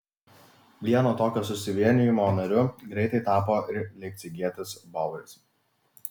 vieno tokio susivienijimo nariu greitai tapo ir leipcigietis baueris